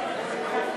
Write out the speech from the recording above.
119),